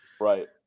Right